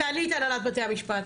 את תעלי את הנהלת בתי המשפט.